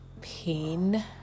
pain